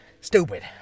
Stupid